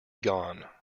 gone